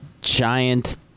giant